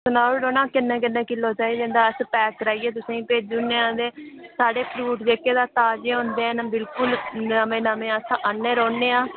सनाई उड़ो ना किन्ने किन्ने किलो चाही दे ते अस पैक कराइयै तुसेंगी भेजी उड़ने आं ते साढ़े फ्रूट ताजे हुंदे न बिल्कुल नमें नमें अस औन्ने रौह्न्ने आं